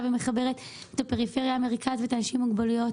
ומחברת את הפריפריה עם המרכז ואת האנשים עם מוגבלויות.